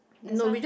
that's why